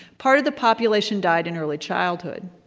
part of the population died in early childhood.